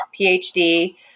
phd